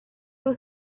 you